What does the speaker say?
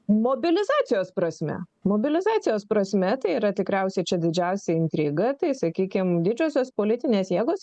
mobilizacijos prasme mobilizacijos prasme tai yra tikriausiai čia didžiausia intriga tai sakykim didžiosios politinės jėgos